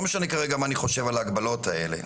לא משנה כרגע מה אני חושב על ההגבלות האלה,